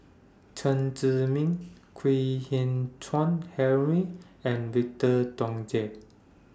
Chen Zhiming Kwek Hian Chuan Henry and Victor Doggett